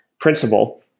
principle